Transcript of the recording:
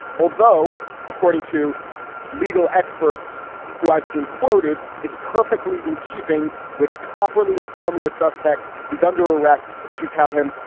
although according to legal experts who i've seen quoted, it's perfectly in keeping with properly informing a suspect he's under arrest to tell him.